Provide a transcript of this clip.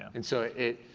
and so it,